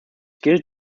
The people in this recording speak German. gilt